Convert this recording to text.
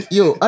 yo